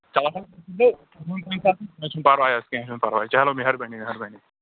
چَلو کینٛہہ چھُنہٕ پَرواے حظ کینٛہہ چھُنہٕ پَرواے چَلو مہربٲنی مہربٲنی